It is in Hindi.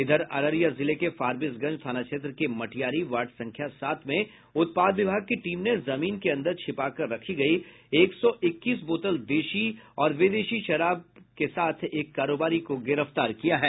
इधर अररिया जिले के फारबिसगंज थाना क्षेत्र के मटियारी वार्ड संख्या सात में उत्पाद विभाग की टीम ने जमीन के अंदर छिपा कर रखी गयी एक सौ इक्कीस बोतल देशी और विदेशी शराब के एक कारोबारी को गिरफ्तार किया है